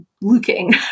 looking